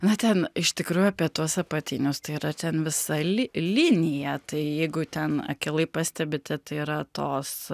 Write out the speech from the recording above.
nu ten iš tikrųjų apie tuos apatinius tai yra ten visa li linija tai jeigu ten akylai pastebite tai yra tos